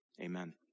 amen